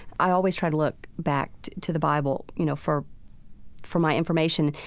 i always try to look back to the bible, you know, for for my information,